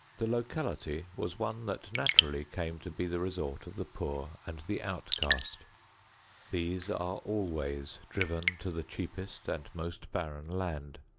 the locality was one that naturally came to be the resort of the poor and the outcast these are always driven to the cheapest and most barren land.